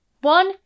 One